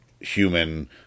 human